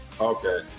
okay